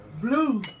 Blue